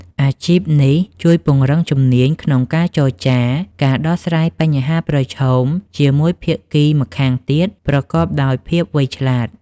អាជីពនេះជួយពង្រឹងជំនាញក្នុងការចរចា និងការដោះស្រាយបញ្ហាប្រឈមជាមួយភាគីម្ខាងទៀតប្រកបដោយភាពវៃឆ្លាត។